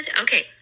okay